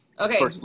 Okay